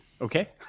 Okay